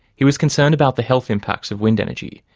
he was concerned about the health impacts of wind energy,